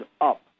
up